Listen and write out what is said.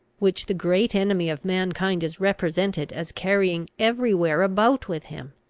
which the great enemy of mankind is represented as carrying every where about with him!